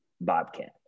Bobcat